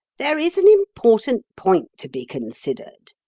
there is an important point to be considered.